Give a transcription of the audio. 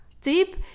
tip